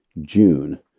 June